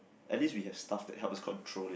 at least we have stuff to help to control it